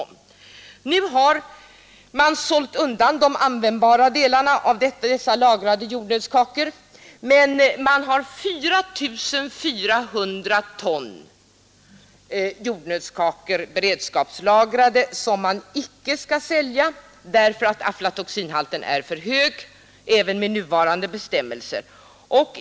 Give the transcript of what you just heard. Man har nu sålt undan de användbara delarna av dessa lagrade jordnötskakor, men man har 4 400 ton beredskapslagrade jordnötskakor, som man icke skall sälja därför att aflatoxinhalten är för hög även med nuvarande bestämmelser.